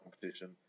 competition